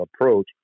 approach